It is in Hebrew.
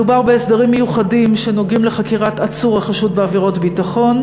מדובר בהסדרים מיוחדים שנוגעים לחקירת עצור החשוד בעבירות ביטחון.